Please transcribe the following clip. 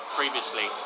previously